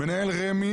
מנהל רמ"י,